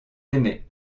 aimaient